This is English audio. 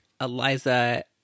Eliza